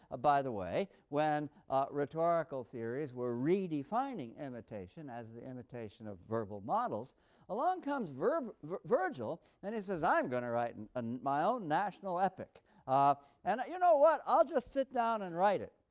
by the way, when rhetorical theories were redefining imitation as the imitation of verbal models along comes virgil and he says, i'm going to write and and my own national epic ah and you know what, i'll just sit down and write it.